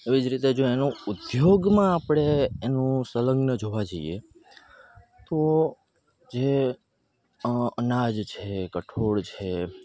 એવી જ રીતે જો એનો ઉદ્યોગમાં આપણે એનું સંલગ્ન જોવા જઈએ તો જે અનાજ છે કઠોળ છે